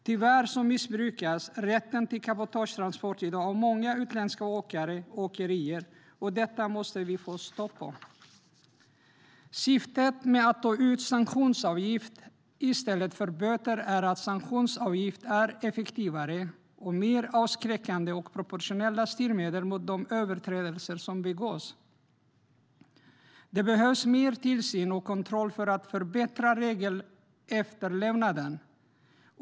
Tyvärr missbrukas i dag rätten till cabotagetransport av många utländska åkare och åkerier. Det måste vi få stopp på. Syftet med att ta ut sanktionsavgift i stället för böter är att sanktionsavgift är effektivare och mer avskräckande samt ett mer proportionellt styrmedel mot de överträdelser som begås. Det behövs mer tillsyn och kontroll för att förbättra regelefterlevnaden.